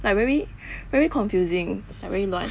like very very confusing I very 乱